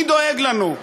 מי דואג לנו?